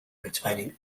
retaining